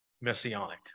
messianic